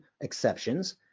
exceptions